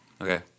okay